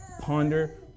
Ponder